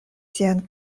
sian